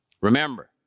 Remember